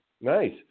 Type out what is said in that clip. Nice